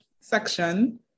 section